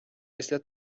після